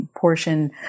portion